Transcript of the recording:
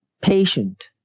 patient